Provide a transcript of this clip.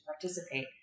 participate